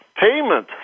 payment